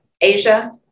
Asia